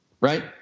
right